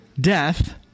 death